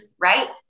right